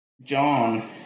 John